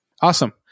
Awesome